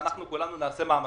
ואנחנו כולנו נעשה מאמצים.